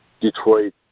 Detroit